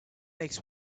make